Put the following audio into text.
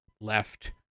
left